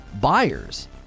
buyers